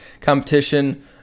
competition